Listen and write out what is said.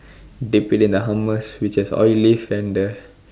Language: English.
dip it in the hummus which is Olive and the